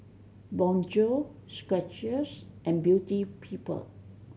Bonjour Skechers and Beauty People